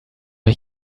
ich